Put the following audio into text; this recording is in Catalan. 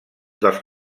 dels